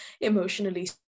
emotionally